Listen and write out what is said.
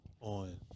on